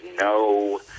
no